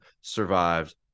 survived